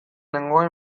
nengoen